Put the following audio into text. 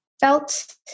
felt